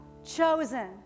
chosen